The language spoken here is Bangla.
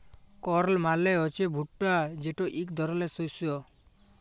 কর্ল মালে হছে ভুট্টা যেট ইক ধরলের শস্য